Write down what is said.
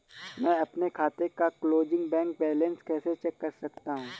मैं अपने खाते का क्लोजिंग बैंक बैलेंस कैसे चेक कर सकता हूँ?